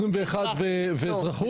21 ואזרחות, נכון?